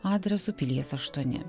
adresu pilies aštuoni